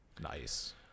Nice